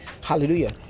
hallelujah